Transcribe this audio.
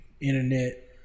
internet